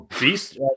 Beast